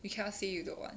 you cannot say you don't want